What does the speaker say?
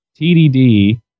TDD